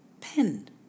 pen